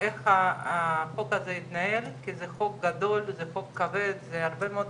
לשנות את המגמה הזאת ולהגיע לאחוזי פיצול הרבה יותר